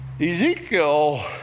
Ezekiel